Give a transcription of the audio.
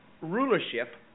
rulership